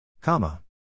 Comma